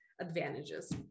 advantages